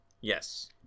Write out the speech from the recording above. Yes